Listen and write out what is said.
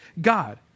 God